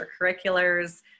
extracurriculars